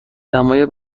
دمای